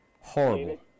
Horrible